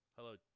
Hello